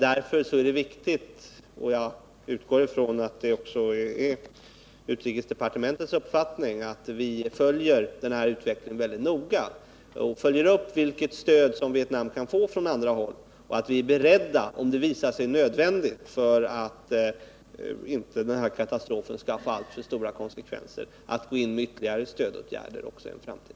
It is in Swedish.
Därför är det viktigt — och jag utgår ifrån att det också är utrikesdepartementets uppfattning — att följa utvecklingen mycket noga och se vilket stöd Vietnam kan få från andra håll samt att vi är beredda, om det visar sig nödvändigt för att inte katastrofen skall få alltför stora konsekvenser, att gå in med ytterligare stödåtgärder också i en framtid.